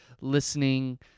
listening